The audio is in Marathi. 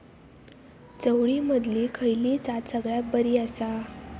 चवळीमधली खयली जात सगळ्यात बरी आसा?